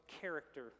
character